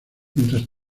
mientras